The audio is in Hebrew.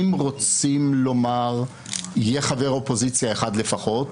אם רוצים לומר: יהיה חבר אופוזיציה אחד לפחות,